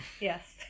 Yes